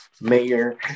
mayor